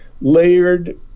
layered